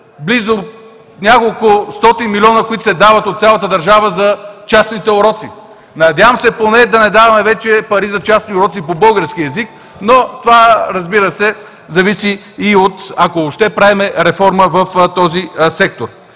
близо няколко стотин милиона, които ще дават от цялата държава, за частните уроци? Надявам се поне да не даваме вече пари за частни уроци по български език, но, разбира се, това зависи и от…, ако въобще правим реформа, в този сектор.